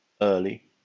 early